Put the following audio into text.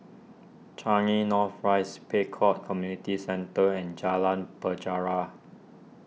Changi North Rise Pek Kio Community Centre and Jalan Penjara